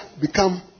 become